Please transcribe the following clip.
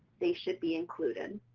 they should be included.